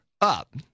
up